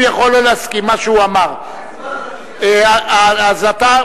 וחשוב שהיושב-ראש ידע זאת,